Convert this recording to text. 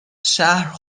شهر